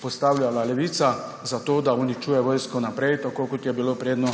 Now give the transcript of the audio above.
postavljala Levica, zato da uničuje vojsko naprej, tako kot je bilo, predno